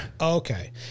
Okay